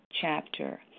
chapter